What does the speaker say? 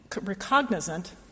recognizant